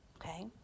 okay